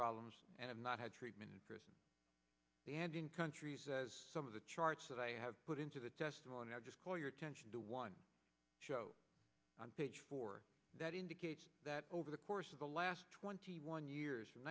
problems and i've not had treatment and in countries as some of the charts that i have put into the testimony i just call your attention to one show on page four that indicates that over the course of the last twenty one years from